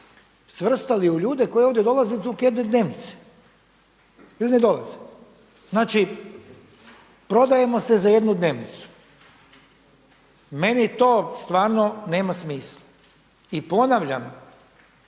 svrstali u ljude koji ovdje dolaze i tu …/Govornik se ne razumije./… dnevnice ili ne dolaze. Znači, prodajemo se za jednu dnevnicu. Meni to stvarno nema smisla. I ponavljam